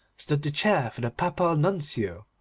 stood the chair for the papal nuncio,